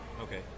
Okay